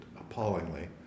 appallingly